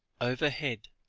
overhead,